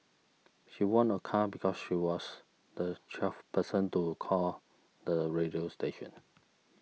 she won a car because she was the twelfth person to call the radio station